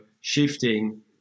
shifting